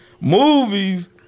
Movies